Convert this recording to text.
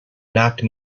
knocked